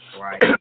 Right